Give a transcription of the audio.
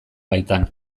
baitan